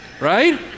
right